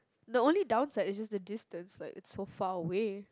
the only down side is just the distance like it's so far away